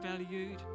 valued